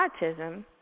autism